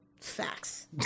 Facts